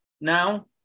now